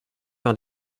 par